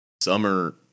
summer